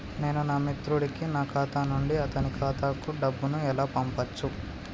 నేను నా మిత్రుడి కి నా ఖాతా నుండి అతని ఖాతా కు డబ్బు ను ఎలా పంపచ్చు?